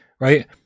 right